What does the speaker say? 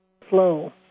flow